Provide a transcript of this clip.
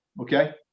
okay